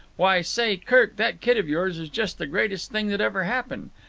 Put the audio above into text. why, say, kirk, that kid of yours is just the greatest thing that ever happened.